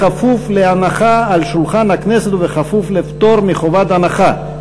כפוף לפטור מחובת הנחה.